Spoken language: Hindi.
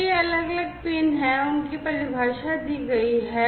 तो ये अलग अलग पिन हैं और उनकी परिभाषा दी गई है